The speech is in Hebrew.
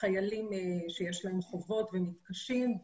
חיילים שיש להם חובות והם מתקשים.